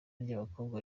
ry’abakobwa